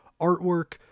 artwork